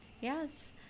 yes